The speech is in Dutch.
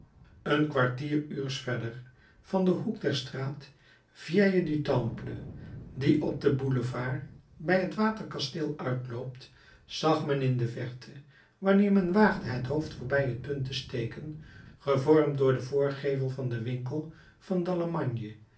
een kwartieruurs verder van den hoek der straat vieille du temple die op den boulevard bij het waterkasteel uitloopt zag men in de verte wanneer men waagde het hoofd voorbij het punt te steken gevormd door den voorgevel van den winkel van